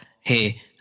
hey